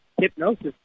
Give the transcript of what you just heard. hypnosis